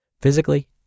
physically